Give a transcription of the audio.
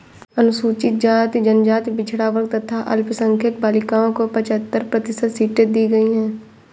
अनुसूचित जाति, जनजाति, पिछड़ा वर्ग तथा अल्पसंख्यक बालिकाओं को पचहत्तर प्रतिशत सीटें दी गईं है